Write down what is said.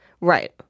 Right